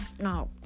no